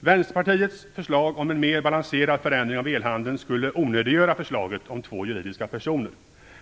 Vänsterpartiets förslag om en mer balanserad förändring av elhandeln skulle onödiggöra förslaget om två juridiska personer.